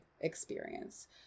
experience